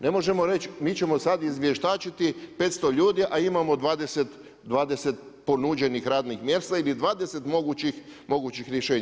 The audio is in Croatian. Ne možemo reći mi ćemo sada izvještačiti 500 ljudi a imamo 20 ponuđenih radnih mjesta ili 20 mogućih rješenja.